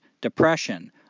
depression